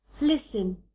Listen